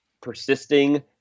persisting